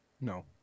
No